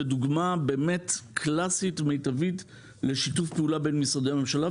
ודוגמה קלאסית ומיטבית לשיתוף פעולה בין משרדי הממשלה.